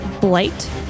Blight